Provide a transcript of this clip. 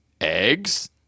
eggs